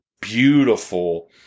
beautiful